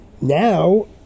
Now